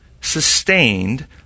sustained